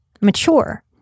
mature